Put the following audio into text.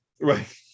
right